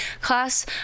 class